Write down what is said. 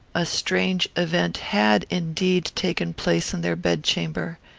a strange event had, indeed, taken place in their bedchamber.